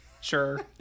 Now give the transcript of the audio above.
sure